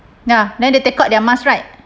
ya then they take out their mask right